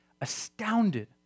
astounded